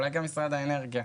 אולי גם משרד האנרגיה,